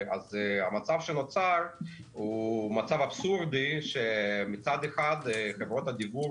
אז המצב שנוצר הוא מצב אבסורדי שמצד אחד חברות הדיוור